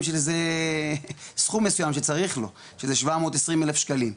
שלזה סכום מסוים שצריך לו שזה 720 אלף שקלים,